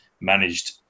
managed